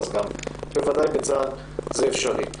אז בוודאי בצה"ל זה אפשרי.